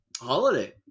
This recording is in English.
holiday